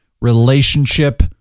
relationship